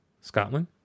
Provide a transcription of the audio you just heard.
Scotland